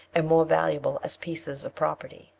and more valuable as pieces of property,